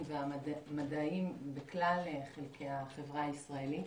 והמדעיים בכלל חלקי החברה הישראלית.